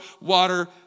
water